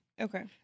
Okay